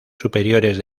superiores